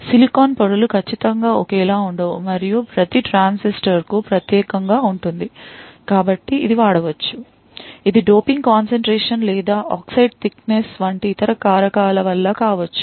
silicon పొరలు ఖచ్చితంగా ఒకేలా ఉండవు మరియు ప్రతి ట్రాన్సిస్టర్కు ప్రత్యేకంగా ఉంటుంది కాబట్టి ఇది వాడవచ్చు ఇది డోపింగ్ concentration లేదా ఆక్సైడ్ thickness వంటి ఇతర కారకాల వల్ల కావచ్చు